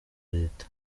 leta